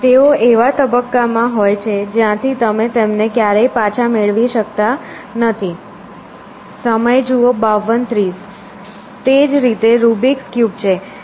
તેઓ એવા તબક્કામાં હોય છે જ્યાંથી તમે તેમને ક્યારેય પાછા મેળવી શકતા નથી તે જ રીતે રૂબિક્સ ક્યુબ્સ છે